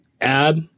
add